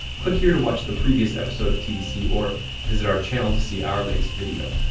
click here to watch the previous episode of tdc or visit our channel to see our latest video.